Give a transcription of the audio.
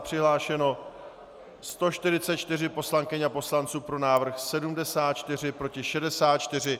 Přihlášeno 144 poslankyň a poslanců, pro návrh 74, proti 64.